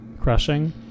Crushing